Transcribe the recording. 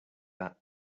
that